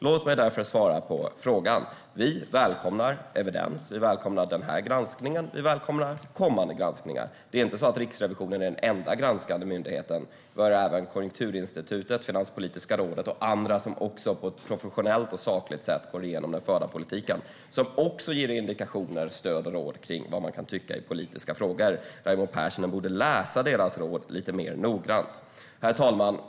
Låt mig därför svara på frågan: Vi välkomnar evidens, vi välkomnar denna granskning och vi välkomnar kommande granskningar. Riksrevisionen är inte den enda granskande myndigheten. Vi har även Konjunkturinstitutet, Finanspolitiska rådet och andra som också på ett professionellt och sakligt sätt går igenom den förda politiken och ger indikationer, stöd och råd kring vad man kan tycka i politiska frågor. Raimo Pärssinen borde läsa deras råd lite mer noggrant. Herr talman!